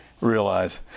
Realize